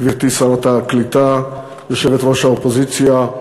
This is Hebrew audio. גברתי שרת הקליטה, יושבת-ראש האופוזיציה,